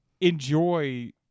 enjoy